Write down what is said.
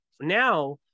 now